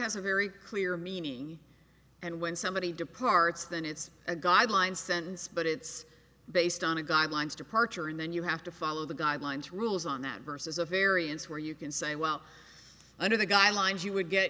has a very clear meaning and when somebody departs then it's a guideline sentence but it's based on a guidelines departure and then you have to follow the guidelines rules on that versus a variance where you can say well under the guidelines you would get